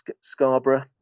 Scarborough